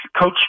coach